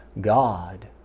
God